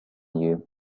you